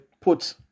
put